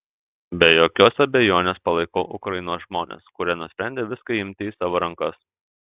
be jokios abejonės palaikau ukrainos žmones kurie nusprendė viską imti į savo rankas